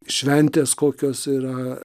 šventės kokios yra